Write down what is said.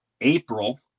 April